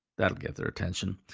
that'll get their attention.